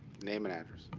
name and address.